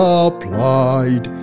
applied